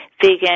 vegan